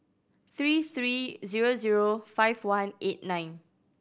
three three zero zero five one eight nine